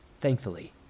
Thankfully